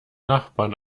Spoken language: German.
nachbarn